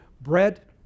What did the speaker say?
Bread